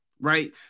right